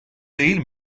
değil